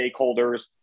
stakeholders